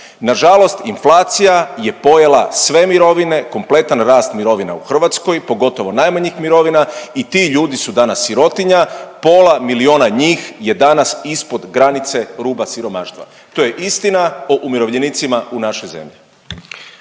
Nažalost, inflacija je pojela sve mirovine, kompletan rast mirovina u Hrvatskoj, pogotovo najmanjih mirovina i ti ljudi su danas sirotinja, pola milijuna njih je danas ispod granice ruba siromaštva. To je istina o umirovljenicima u našoj zemlji.